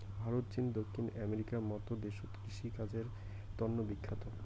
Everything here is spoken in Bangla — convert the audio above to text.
ভারত, চীন, দক্ষিণ আমেরিকার মত দেশত কৃষিকাজের তন্ন বিখ্যাত